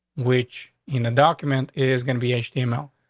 which, in a document, is gonna be a steam l.